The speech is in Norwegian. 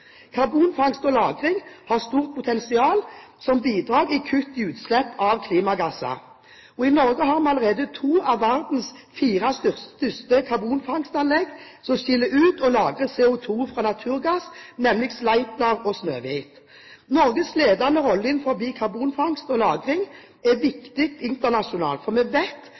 Karbonfangst og -lagring har stort potensial som bidrag i kutt av utslipp av klimagasser. I Norge har vi allerede to av verdens fire største karbonfangstanlegg som skiller ut og lagrer CO2fra naturgass, nemlig Sleipner og Snøhvit. Norges ledende rolle innenfor karbonfangst og -lagring er viktig internasjonalt, for vi vet